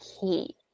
key